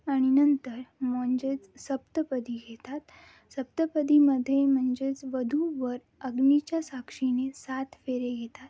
आणि नंतर म्हंणजेच सप्तपदी घेतात सप्तपदीमध्ये म्हणजेच वधू वर अग्निच्या साक्षीने सात फेरे घेतात